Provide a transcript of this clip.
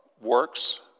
works